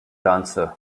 dancer